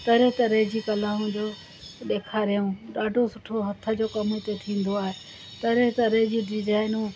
तरह तरह जी कलाऊं जो ॾेखारियूं ॾाढो सुठो हथ जो कमु हुते थींदो आहे तरह तरह जी डिज़ाइनूं